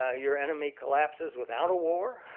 ah your enemy collapses without a war.